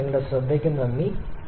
അതിനാൽ നിങ്ങളുടെ ശ്രദ്ധയ്ക്ക് നന്ദി